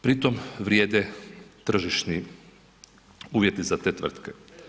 Pritom vrijeme tržišni uvjeti za te tvrtke.